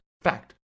Fact